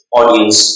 audience